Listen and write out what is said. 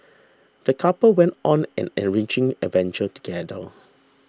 the couple went on an enriching adventure together